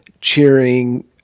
cheering